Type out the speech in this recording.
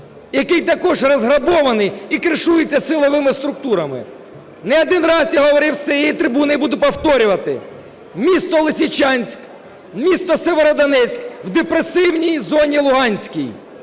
який також розграбований і кришується силовими структурами. Не один раз я говорив з цієї трибуни, і буду повторювати: місто Лисичанськ, місто Сєвєродонецьк в депресивній зоні луганській,